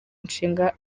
ishinga